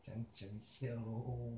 讲讲一下 lor